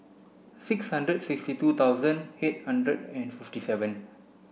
six hundred sixty two thousand eight hundred and fifty seven